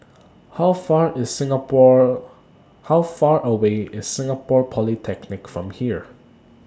How Far IS Singapore How Far away IS Singapore Polytechnic from here